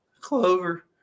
Clover